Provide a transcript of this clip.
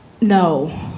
No